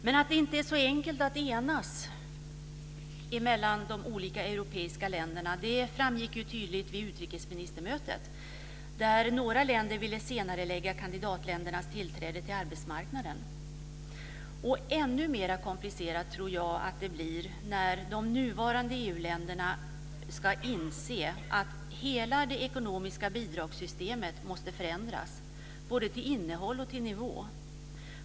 Men att det inte är så enkelt att enas mellan de olika europeiska länderna framgick tydligt vid utrikesministermötet, där några länder ville senarelägga kandidatländernas tillträde till arbetsmarknaden. Ännu mer komplicerat tror jag att det blir när de nuvarande EU-länderna ska inse att hela det ekonomiska bidragssystemet måste förändras, både till innehåll och till nivå.